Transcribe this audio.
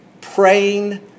Praying